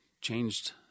changed